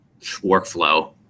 workflow